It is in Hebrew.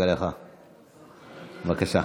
בבקשה.